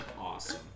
awesome